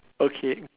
okay